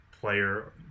player